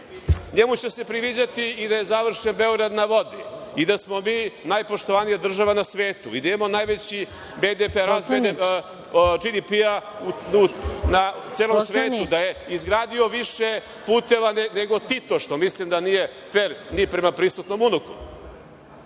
NJemu će se priviđati i da je završen „Beograd na vodi“, da smo mi najpoštovanija država na svetu, da imamo najveći najveći BDP razvoj na celom svetu, da je izgradio više puteva nego Tito, što mislim da nije fer ni prema prisutnom